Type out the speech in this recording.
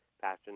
passion